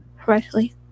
Correctly